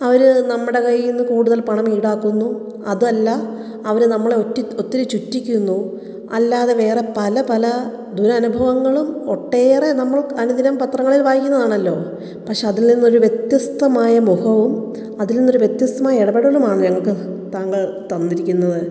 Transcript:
അവര് നമ്മുടെ കയ്യിൽ നിന്ന് കൂടുതൽ പണം ഈടാക്കുന്നു അതല്ല അവർ നമ്മളെ ഒറ്റി ഒത്തിരി ചുറ്റിക്കുന്നു അല്ലാതെ വേറെ പല പല ദുരനുഭവങ്ങളും ഒട്ടേറെ നമ്മൾ അനുദിനം പത്രങ്ങളിൽ വായിക്കുന്നതാണല്ലോ പക്ഷെ അതിൽ നിന്നും ഒരു വ്യത്യസ്തമായ മുഖവും അതിൽ നിന്ന് ഒരു വ്യത്യസ്തമായ ഇടപെടലുമാണ് ഞങ്ങൾക്ക് താങ്കൾ തന്നിരിക്കുന്നത്